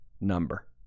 number